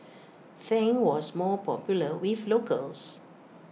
Tang was more popular with locals